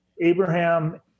Abraham